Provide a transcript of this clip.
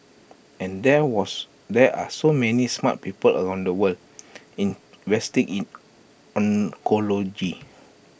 and there was there are so many smart people around the world investing in oncology